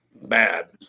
Bad